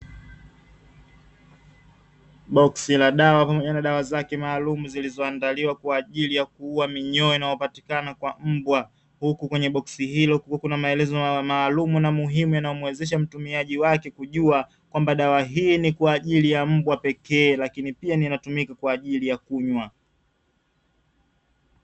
Boksi la dawa kwa dawa zake maalum zilizondaliwa kwa ajili ya kuua minyoo inayopatikana kwa mbwa, huku kwenye boksi hilo kulikuwa kuna maelezo maalumu na muhimu yanayomwezesha mtumiaji wake kujua kwamba dawa hii ni kwa ajili ya mbwa pekee lakini pia inatumika kwa ajili ya kunywa.